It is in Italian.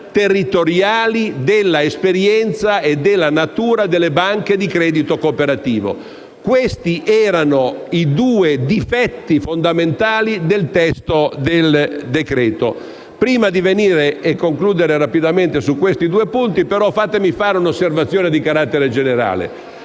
territoriali, dell'esperienza e della natura delle banche di credito cooperativo. Questi erano i due difetti fondamentali del testo del decreto-legge. Prima di arrivare, e concludere rapidamente, a questi due punti fatemi fare un'osservazione di carattere generale.